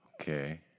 Okay